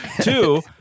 two